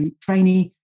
trainee